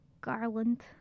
Garland